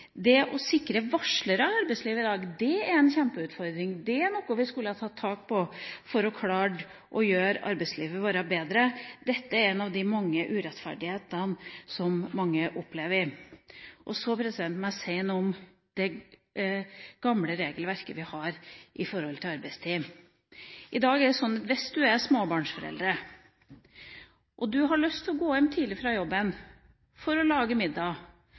Det å sikre varslere i arbeidslivet i dag er en kjempeutfordring. Det er noe vi skulle tatt tak i for å klare å gjøre arbeidslivet vårt bedre. Dette er en av de mange urettferdighetene som mange opplever. Så må jeg si noe om det gamle regelverket vi har om arbeidstid. I dag er det sånn at hvis du er småbarnsforelder og du har lyst til å gå hjem tidlig fra jobben for å lage